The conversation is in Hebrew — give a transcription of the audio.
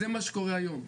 זה מה שקורה היום.